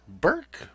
Burke